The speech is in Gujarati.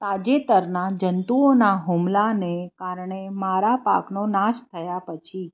તાજેતરના જંતુઓના હુમલાને કારણે મારા પાકનો નાશ થયા પછી